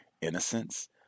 innocence